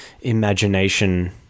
imagination